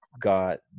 got